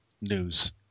news